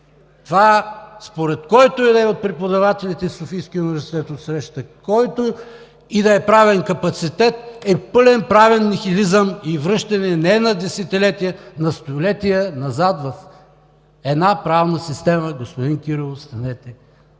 това според който и да е от преподавателите в Софийския университет отсреща, който и да е правен капацитет, е пълен правен нихилизъм и връщане не на десетилетия, а на столетия назад в една правна система. Господин Кирилов, станете,